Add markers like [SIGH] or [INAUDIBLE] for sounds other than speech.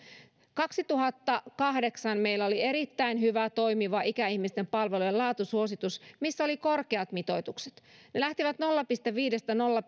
kaksituhattakahdeksan meillä oli erittäin hyvä toimiva ikäihmisten palvelujen laatusuositus missä oli korkeat mitoitukset ne lähtivät nolla pilkku viidestä nolla [UNINTELLIGIBLE]